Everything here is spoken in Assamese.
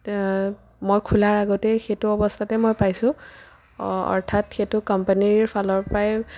মই খোলাৰ আগতেই সেইটো অৱস্থাতেই মই পাইছোঁ অৰ্থাৎ সেইটো কম্পানীৰ ফালৰ পৰাই